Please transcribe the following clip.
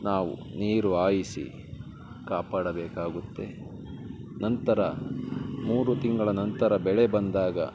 ನಾವು ನೀರು ಹಾಯಿಸಿ ಕಾಪಾಡಬೇಕಾಗುತ್ತೆ ನಂತರ ಮೂರು ತಿಂಗಳ ನಂತರ ಬೆಳೆ ಬಂದಾಗ